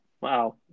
wow